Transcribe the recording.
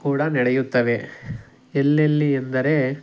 ಕೂಡ ನಡೆಯುತ್ತವೆ ಎಲ್ಲೆಲ್ಲಿ ಎಂದರೆ